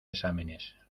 exámenes